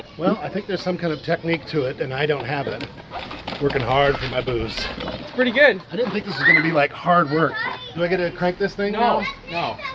well, i think there's some kind of technique to it and i don't have it working hard for my booze pretty good i didn't think this was going to be like hard work. do i get to crank this thing now? no, no,